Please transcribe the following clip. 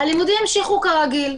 הלימודים נמשכו כרגיל.